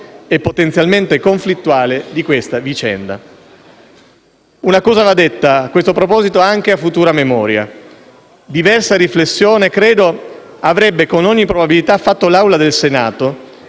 e potenzialmente conflittuale di questa vicenda. Una cosa va detta a questo proposito, anche a futura memoria. Credo che una diversa riflessione avrebbe con ogni probabilità fatto l'Assemblea del Senato